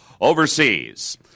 overseas